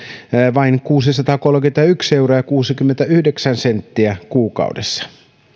vain kuusisataakolmekymmentäyksi euroa kuusikymmentäyhdeksän senttiä kuukaudessa